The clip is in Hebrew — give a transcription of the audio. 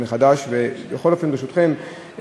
בכל אופן, ברשותכם,